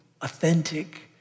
authentic